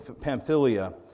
Pamphylia